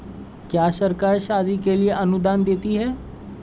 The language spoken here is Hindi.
क्या सरकार शादी के लिए अनुदान देती है?